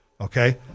Okay